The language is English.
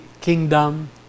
kingdom